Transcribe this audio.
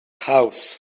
house